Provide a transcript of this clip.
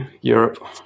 Europe